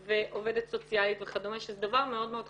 ועובדת סוציאלית וכדומה שזה דבר מאוד מאוד חשוב.